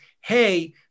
hey